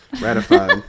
Ratified